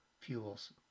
fuels